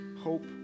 hope